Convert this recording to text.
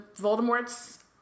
Voldemort's